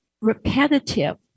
repetitive